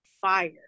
fire